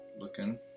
looking